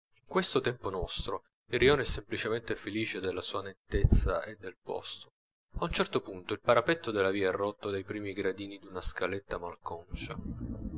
questo tempo nostro il rione è semplicemente felice della sua nettezza e del posto a un certo punto il parapetto della via è rotto dai primi gradini d'una scaletta malconcia